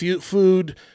food